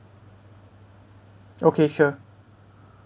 okay sure